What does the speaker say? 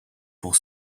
pour